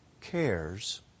cares